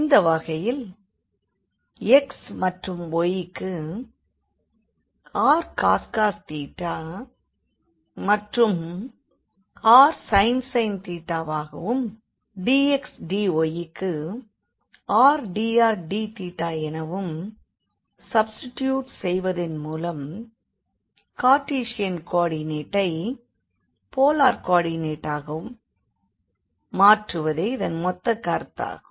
இந்த வகையில் x மற்றும் y க்கு rcos மற்றும் rsin வாகவும் dx dy க்கு r dr dθ எனவும் சப்ஸ்டிடியூட் செய்வதன் மூலம் கார்டீசன் கோ ஆர்டினேட்டை போலார் கோ ஆர்டினேட்டாக மாற்றுவதே இதன் மொத்த கருத்தாகும்